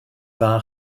dda